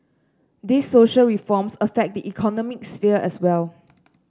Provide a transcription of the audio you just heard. these social reforms affect the economic sphere as well